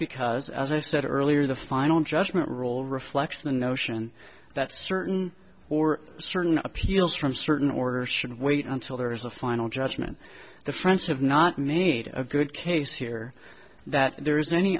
because as i said earlier the final judgment rule reflects the notion that certain or certain appeals from certain orders should wait until there is a final judgment the french have not made a good case here that there is any